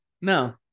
No